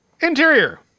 Interior